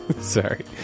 Sorry